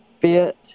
fit